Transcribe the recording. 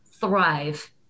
thrive